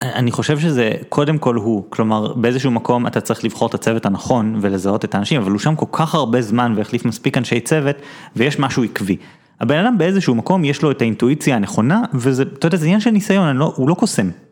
אני חושב שזה קודם כל הוא, כלומר באיזשהו מקום אתה צריך לבחור את הצוות הנכון ולזהות את האנשים, אבל הוא שם כל כך הרבה זמן והחליף מספיק אנשי צוות ויש משהו עקבי. הבן אדם באיזשהו מקום יש לו את האינטואיציה הנכונה וזה, אתה יודע, זה עניין של ניסיון, אנ'לא הוא לא קוסם.